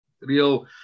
real